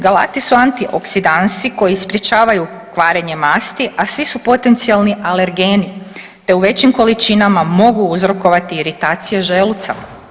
Galati su antioksidansi koji sprječavaju kvarenje masti, a svi su potencijalni alergeni te u većim količinama mogu uzrokovati iritacije želuca.